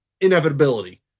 inevitability